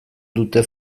dute